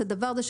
את הדבר הזה,